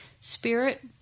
Spirit